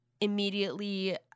immediately